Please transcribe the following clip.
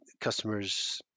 customers